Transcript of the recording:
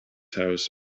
house